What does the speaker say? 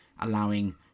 allowing